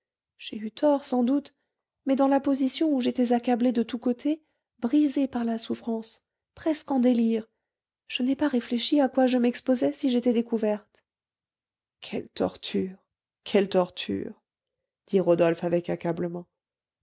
j'ai eu tort sans doute mais dans la position où j'étais accablée de tous côtés brisée par la souffrance presque en délire je n'ai pas réfléchi à quoi je m'exposais si j'étais découverte quelles tortures quelles tortures dit rodolphe avec accablement